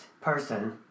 person